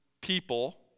people